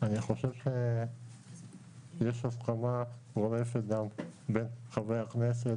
אני חושב שיש הסכמה גורפת בין חברי הכנסת